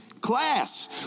Class